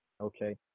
Okay